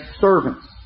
servants